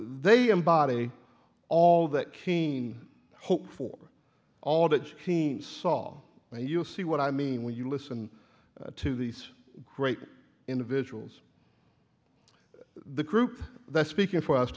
they embody all that keen hope for all that keen saw and you'll see what i mean when you listen to these great individuals the group that's speaking for us